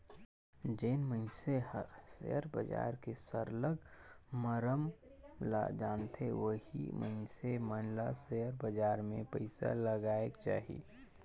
जेन मइनसे हर सेयर बजार के सरलग मरम ल जानथे ओही मइनसे मन ल सेयर बजार में पइसा लगाएक चाही